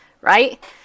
Right